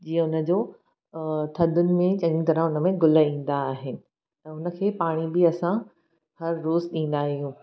जीअं हुन जो थधि में चङी तरह उन में गुल ईंदा आहिनि त उन खे पाणी बि असां हर रोज़ु ॾींदा आहियूं